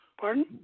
Pardon